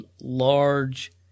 large